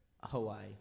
Hawaii